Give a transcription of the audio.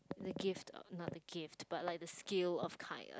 the gift um not the gift but like the skill of kindness